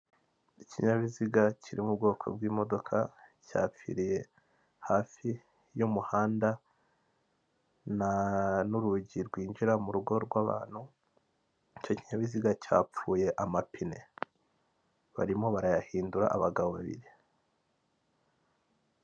Ikinyabiziga kiri mu bwoko bw'imodoka cyapfiriye hafi y'umuhanda, n'urugi rwinjira mu rugo rw'abantu; icyo kinyabiziga cyapfuye amapine, barimo barayahindura (abagabo babiri).